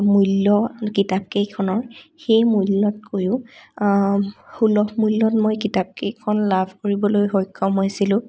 মূল্য কিতাপকেইখনৰ সেই মূল্যতকৈয়ো সুলভ মূল্যত মই কিতাপকেইখন লাভ কৰিবলৈ মই সক্ষম হৈছিলোঁ